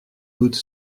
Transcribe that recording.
doute